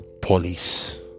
police